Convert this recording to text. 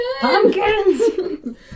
Pumpkins